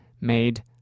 made